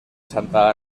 santa